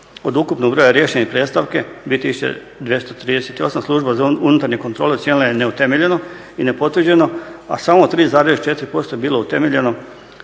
od ukupnog broja riješenih predstavki 2238 služba za unutarnje kontrole ocijenila je neutemeljeno i nepotvrđeno a samo 3,4% je bilo utemeljeno